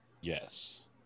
Yes